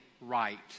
right